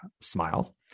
Smile